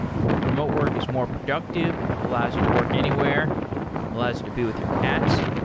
remote work is more productive. it allows you to work anywhere. it allows you to be with your cats.